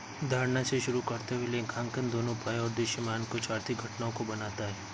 धारणा से शुरू करते हुए लेखांकन दोनों उपायों और दृश्यमान कुछ आर्थिक घटनाओं को बनाता है